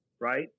Right